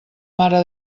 mare